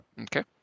Okay